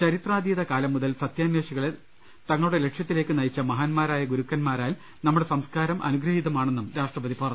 ചരിത്രാതീതകാലം മുതൽ സത്യാ ന്വേഷികളെ തങ്ങളുടെ ലക്ഷ്യത്തിലേക്ക് നയിച്ച മഹാന്മാരായ ഗുരുക്കന്മാരാൽ നമ്മുടെ സംസ്കാരം അനുഗ്രഹീതമാണെന്നും രാഷ്ട്രപതി പറഞ്ഞു